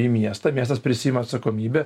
į miestą miestas prisiima atsakomybę